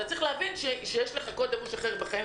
אתה צריך להבין שיש לך קוד לבוש אחר בחייך